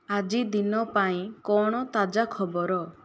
ଆଜିଦିନ ପାଇଁ କ'ଣ ତାଜା ଖବର